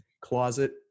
closet